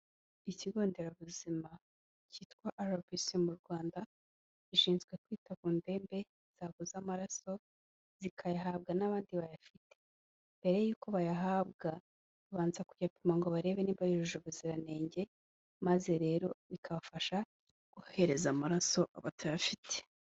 Ikigo nderabuzima kitwa "RBC" mu Rwanda, gishinzwe kwita ku ndembe zabuze amaraso zikayahabwa n'abandi bayafite, mbere y'uko bayahabwa babanza kuyapima ngo barebe niba yujuje ubuziranenge, maze rero bikabafasha guhereza amaraso abatayafite.